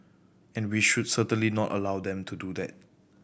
and we should certainly not allow them to do that